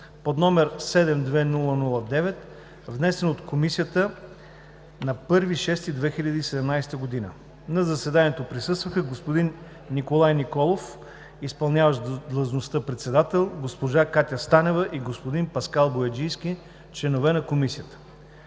год., №720-00-9, внесен от Комисията на 1 юни 2017 г. На заседанието присъстваха: господин Николай Николов – изпълняващ длъжността председател, госпожа Катя Станева и господин Паскал Бояджийски – членове на комисията.